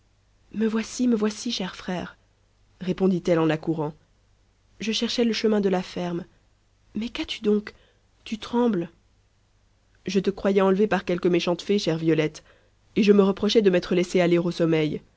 me voici me voici cher frère répondit-elle en accourant je cherchais le chemin de la ferme mais qu'as-tu donc tu trembles je te croyais enlevée par quelque méchante fée chère violette et je me reprochais de m'être laissé aller au sommeil